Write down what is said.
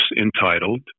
entitled